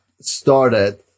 started